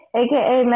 aka